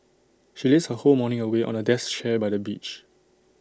she lazed her whole morning away on A deck chair by the beach